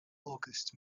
august